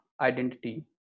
identity